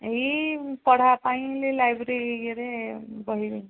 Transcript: ଏଇ ପଢ଼ାପାଇଁ ବୋଲି ଲାଇବ୍ରେରୀ ଇଏରେ ବହି